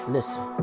Listen